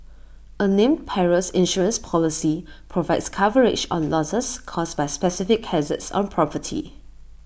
A named Perils Insurance Policy provides coverage on losses caused by specific hazards on property